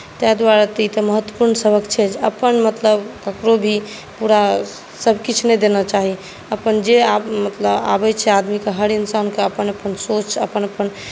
ताहि दुआरे ई तऽ महत्वपूर्ण सबक छै जे अपन मतलब ककरहु भी पूरा सभकिछु नहि देना चाही अपन जे मतलब आबैत छै आदमीकेँ हर इन्सानकेँ अपन अपन सोच अपन अपन